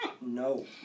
No